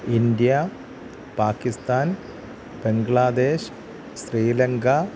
India Pakistan Bangladesh Sri Lanka